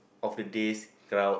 of the days crowd